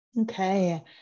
Okay